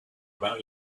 about